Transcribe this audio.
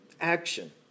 action